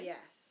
Yes